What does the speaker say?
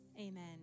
Amen